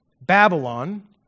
Babylon